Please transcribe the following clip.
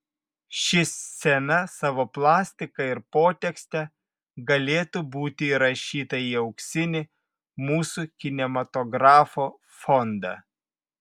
ši scena savo plastika ir potekste galėtų būti įrašyta į auksinį mūsų kinematografo fondą